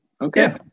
Okay